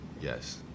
Yes